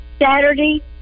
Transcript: saturday